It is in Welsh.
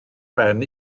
ben